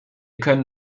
können